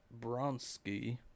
Bronski